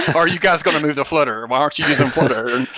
are you guys going to move to flutter? why aren't you using flutter?